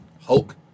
Hulk